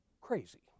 crazy